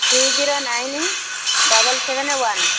three zero nine double seven one